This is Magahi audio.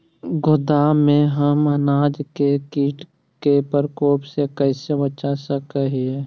गोदाम में हम अनाज के किट के प्रकोप से कैसे बचा सक हिय?